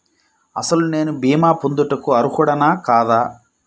అసలు నేను భీమా పొందుటకు అర్హుడన కాదా?